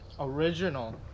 Original